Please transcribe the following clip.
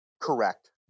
correct